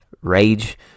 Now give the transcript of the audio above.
Rage